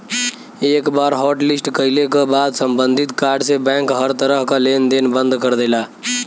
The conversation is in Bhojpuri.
एक बार हॉटलिस्ट कइले क बाद सम्बंधित कार्ड से बैंक हर तरह क लेन देन बंद कर देला